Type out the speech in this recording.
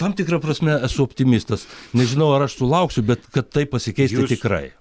tam tikra prasme esu optimistas nežinau ar aš sulauksiu bet kad tai pasikeis tikrai